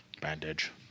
Bandage